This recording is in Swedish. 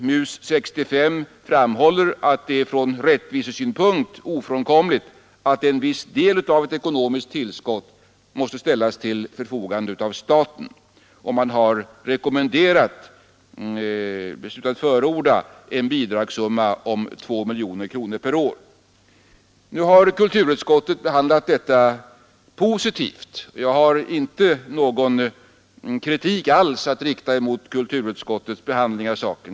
MUS 65 framhåller att det är från rättvisesynpunkt ofrånkomligt att en viss del av ett ekonomiskt tillskott måste ställas till förfogande av staten. Man har såsom rekommendation beslutat förorda en bidragssumma om 2 miljoner kronor per år. Nu har kulturutskottet behandlat detta ärende positivt, och jag har inte alls någon kritik att rikta mot kulturutskottets behandling.